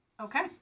Okay